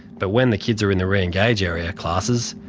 but when the kids are in the re-engage area classes,